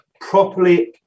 properly